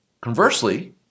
Conversely